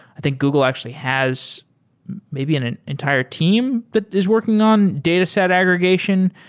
i think google actually has maybe an an entire team that is working on dataset aggregation.